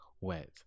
wet